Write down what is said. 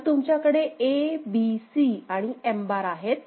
तर तुमच्याकडे A B C आणि M बार आहेत